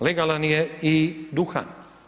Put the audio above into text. Legalan je i duhan.